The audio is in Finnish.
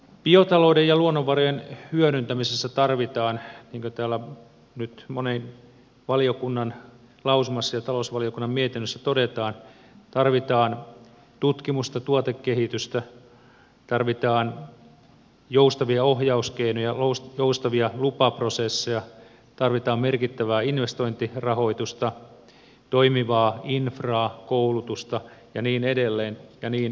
biotalouden ja luonnonvarojen hyödyntämisessä tarvitaan niin kuin täällä nyt monen valiokunnan lausumassa ja talousvaliokunnan mietinnössä todetaan tutkimusta tuotekehitystä tarvitaan joustavia ohjauskeinoja joustavia lupaprosesseja tarvitaan merkittävää investointirahoitusta toimivaa infraa koulutusta ja niin edelleen ja niin edelleen